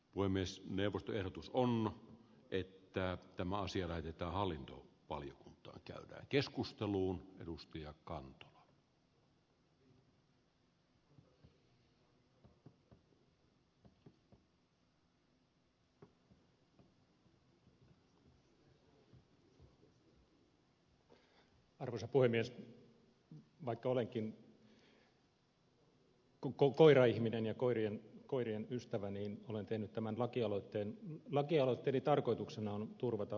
voi myös new order kumma että tämä asia väitettä hallinto paljon tuote keskusteluun edusti vaikka olenkin koiraihminen ja koirien ystävä tämän lakialoitteeni tarkoituksena on turvata hautausmaarauha